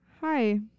hi